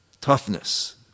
toughness